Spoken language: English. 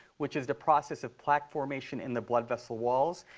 which is the process of plaque formation in the blood vessel walls.